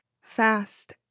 fast